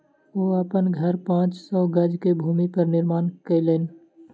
ओ अपन घर पांच सौ गज के भूमि पर निर्माण केलैन